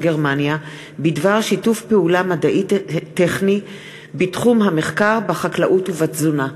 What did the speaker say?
גרמניה בדבר שיתוף פעולה מדעי-טכני בתחום המחקר בחקלאות ובתזונה.